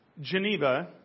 Geneva